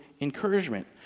encouragement